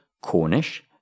Cornish